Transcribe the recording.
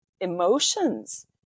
emotions